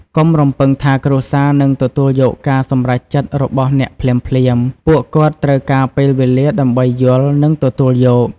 កុំរំពឹងថាគ្រួសារនឹងទទួលយកការសម្រេចចិត្តរបស់អ្នកភ្លាមៗ ពួកគាត់ត្រូវការពេលវេលាដើម្បីយល់ និងទទួលយក។